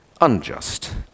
unjust